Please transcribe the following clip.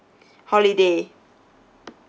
holiday